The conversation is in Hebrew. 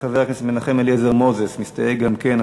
חבר הכנסת מנחם אליעזר מוזס מסתייג גם כן,